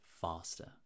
faster